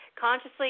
consciously